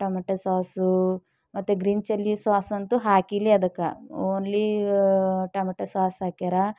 tomato sauce ಮತ್ತೆ green chilli sauce ಅಂತೂ ಹಾಕಿಲ್ಲ ಅದಕ್ಕೆ ಓನ್ಲಿ ಟೊಮೆಟೋ ಸಾಸ್ ಹಾಕ್ಯಾರಾ